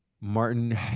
Martin